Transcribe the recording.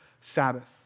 Sabbath